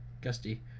gusty